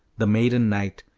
the maiden knight,